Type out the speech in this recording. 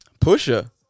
Pusher